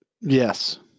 Yes